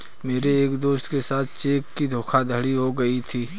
मेरे एक दोस्त के साथ चेक की धोखाधड़ी हो गयी थी